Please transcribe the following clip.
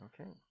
Okay